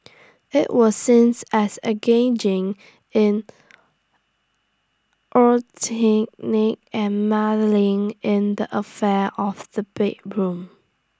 IT was since as engaging in eugenic and meddling in the affair of the bedroom